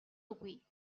үгүй